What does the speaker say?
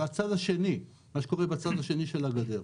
אני מדבר על הצד השני, מה שקורה בצד השני של הגדר.